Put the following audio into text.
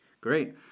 Great